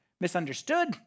misunderstood